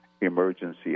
Emergency